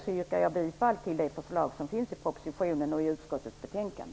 Jag yrkar därför bifall till förslaget i propositionen och i utskottets betänkande.